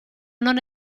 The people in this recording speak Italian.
non